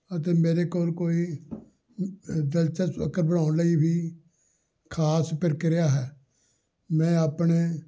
ਅਤੇ ਮੇਰੇ ਕੋਲ ਕੋਈ ਦਿਲਚਸਪ ਅੱਖਰ ਬਣਾਉਣ ਲਈ ਵੀ ਖ਼ਾਸ ਪ੍ਰਕਿਰਿਆ ਹੈ ਮੈਂ ਆਪਣੇ